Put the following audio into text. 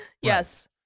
Yes